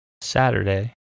Saturday